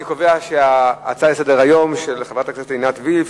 אני קובע שההצעה לסדר-היום של חברת הכנסת עינת וילף